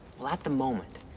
well at the moment